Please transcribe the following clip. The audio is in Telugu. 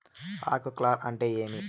ఆకు కార్ల్ అంటే ఏమి?